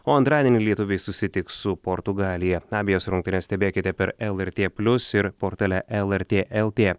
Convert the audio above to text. o antradienį lietuviai susitiks su portugalija abejas rungtynes stebėkite per lrt plius ir portale lrt lt